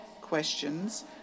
questions